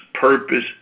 purpose